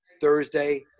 Thursday